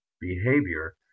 behavior